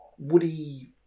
woody